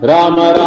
Rama